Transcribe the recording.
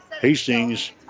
Hastings